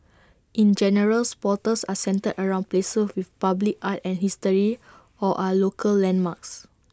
in general portals are centred around places with public art and history or are local landmarks